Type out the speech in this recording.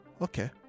Okay